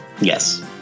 Yes